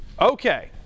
Okay